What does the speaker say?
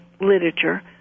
literature